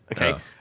Okay